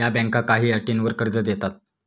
या बँका काही अटींवर कर्ज देतात